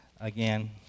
again